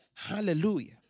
Hallelujah